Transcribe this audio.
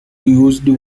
used